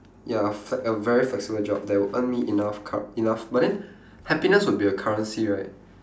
ya a fl~ a very flexible job that will earn me enough curr~ enough but then happiness will be a currency right